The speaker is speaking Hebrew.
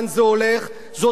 זאת פצצת זמן.